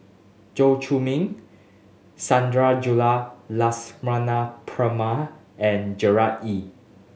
Chew Chor Meng Sundarajulu Lakshmana Perumal and Gerard Ee